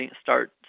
start